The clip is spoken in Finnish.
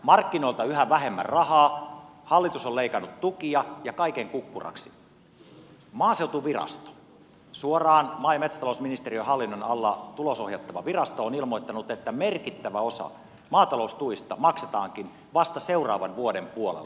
markkinoilta yhä vähemmän rahaa hallitus on leikannut tukia ja kaiken kukkuraksi maaseutuvirasto suoraan maa ja metsätalousministeriön hallinnon alla tulosohjattava virasto on ilmoittanut että merkittävä osa maataloustuista maksetaankin vasta seuraavan vuoden puolella